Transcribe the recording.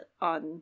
on